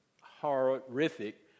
horrific